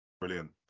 Brilliant